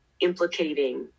implicating